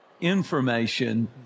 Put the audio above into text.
information